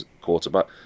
quarterback